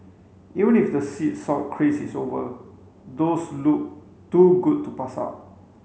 even if the sea salt craze is over those look too good to pass up